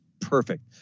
perfect